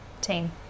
team